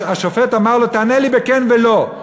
שהשופט אמר למישהו, תענה לי בכן ולא.